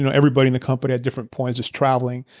you know everybody in the company at different points was traveling,